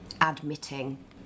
admitting